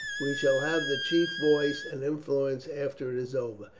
we shall have the chief voice and influence after it is over,